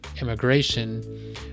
Immigration